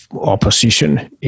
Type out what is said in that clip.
opposition